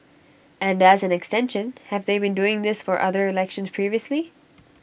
and as an extension have they been doing this for other elections previously